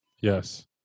Yes